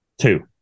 two